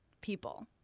people